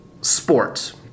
sports